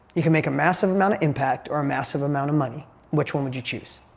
you could make a massive amount of impact or a massive amount of money which one would you choose?